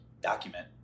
Document